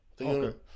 Okay